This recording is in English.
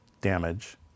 damage